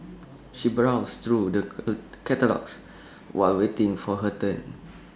she browsed through the catalogues while waiting for her turn